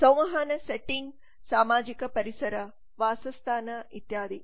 ಸಂವಹನ ಸೆಟ್ಟಿಂಗ್ ಸಾಮಾಜಿಕ ಪರಿಸರ ವಾಸಸ್ಥಾನ ಇತ್ಯಾದಿ